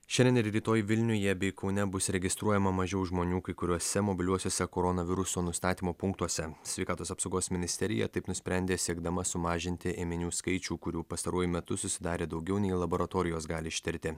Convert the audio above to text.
šiandien ir rytoj vilniuje bei kaune bus registruojama mažiau žmonių kai kuriuose mobiliuosiuose koronaviruso nustatymo punktuose sveikatos apsaugos ministerija taip nusprendė siekdama sumažinti ėminių skaičių kurių pastaruoju metu susidarė daugiau nei laboratorijos gali ištirti